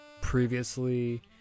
previously